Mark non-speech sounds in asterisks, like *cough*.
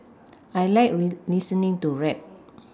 I like *unintelligible* listening to rap